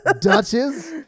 duchess